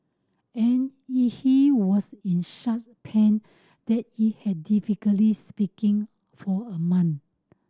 and in he was in such pain that he had difficulty speaking for a month